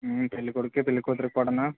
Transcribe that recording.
పెళ్ళి కొడుక్కి పెళ్ళి కూతురుకి కూడాను